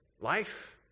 life